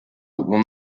will